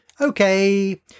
Okay